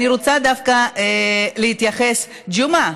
אני רוצה דווקא להתייחס, ג'מעה,